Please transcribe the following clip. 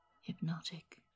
Hypnotic